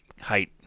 height